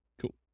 Cool